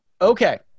Okay